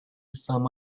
some